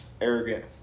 arrogant